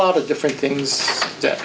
lot of different things that